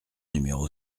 numéro